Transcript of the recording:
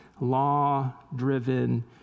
law-driven